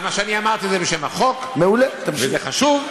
אז מה שאני אמרתי זה בשם החוק, וזה חשוב.